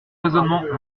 raisonnement